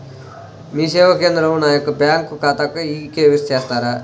మీ సేవా కేంద్రంలో నా యొక్క బ్యాంకు ఖాతాకి కే.వై.సి చేస్తారా?